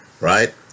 right